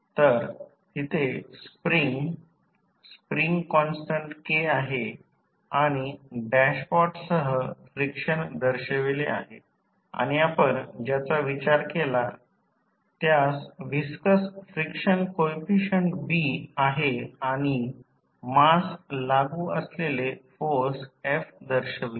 तर तिथे spring spring constant K आहे आणि डॅशपॉटसह फ्रिक्शन दर्शविले आहे आणि आपण ज्याचा विचार केला त्यास व्हिस्कस फ्रिक्शन कोइफिसिएंट B आहे आणि मास लागू असलेल्या फोर्स f दर्शवतो